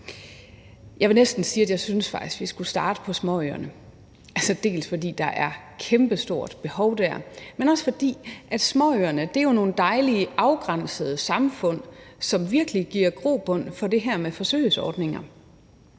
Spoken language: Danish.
Jeg vil næsten sige, at jeg faktisk synes, vi skulle starte på småøerne, både fordi der er kæmpestort behov der, men også fordi småøerne jo er nogle dejligt afgrænsede samfund, som virkelig giver grobund for det her med forsøgsordninger.